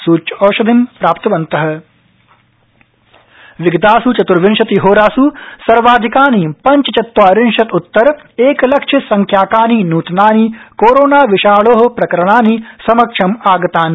वन्तषधिं प्राप्तसूच्यौ विगतास् चतुर्विंशतिहोरास् सर्वाधिकानि पंचचत्वारिशत् उत्तर एकलक्ष संख्याकानि नूतनानि कोरोणा विषाणो प्रकरणानि समक्षम् आगतानि